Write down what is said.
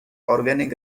organic